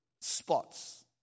spots